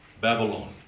Babylon